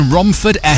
Romford